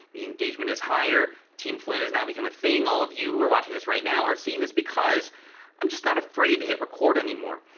the engagement is higher, team flynn has now become a thing. all of you who are watching this right now are seeing this because i'm just not afraid to hit record anymore.